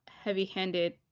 heavy-handed